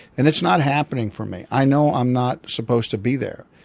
and it's not happening for me. i know i'm not supposed to be there.